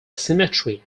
cemetery